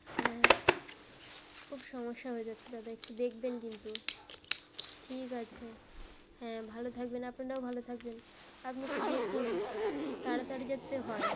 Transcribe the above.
হ্যাঁ খুব সমস্যা হয়ে যাচ্ছে দাদা একটু দেখবেন কিন্তু ঠিক আছে হ্যাঁ ভালো থাকবেন আপনারাও ভালো থাকবেন আপনি একটু দেখুন তাড়াতাড়ি যাতে হয়